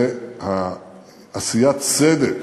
זה עשיית צדק